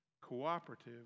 cooperative